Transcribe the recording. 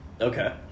Okay